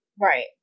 right